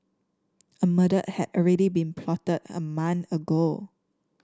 a murder had already been plotted a month ago